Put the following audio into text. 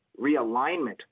realignment